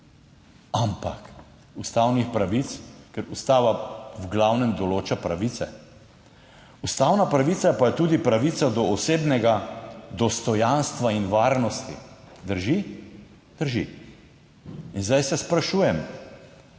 Ampak ustavnih pravic, ker ustava v glavnem določa pravice, ustavna pravica pa je tudi pravica do osebnega dostojanstva in varnosti. Drži? Drži. In zdaj se sprašujem,